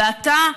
ואתה,